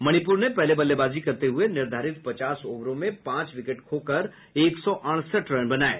मणिपुर ने पहले बल्लेबाजी करते हुए निर्धारित पचास ओवरों में पांच विकेट खोकर एक सौ अड़सठ रन बनाये